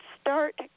start